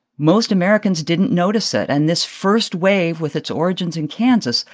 most americans didn't notice it. and this first wave, with its origins in kansas,